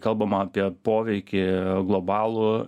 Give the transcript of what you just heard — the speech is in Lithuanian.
kalbama apie poveikį globalų